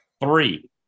three